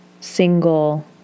single